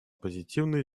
позитивные